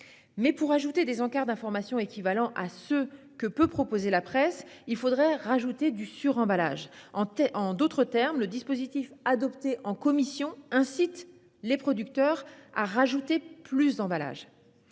Mais pour ajouter des encarts d'information équivalents à ceux que peut proposer la presse, il faudrait ajouter du suremballage. En d'autres termes, le dispositif adopté en commission incite les producteurs à ajouter encore plus d'emballages.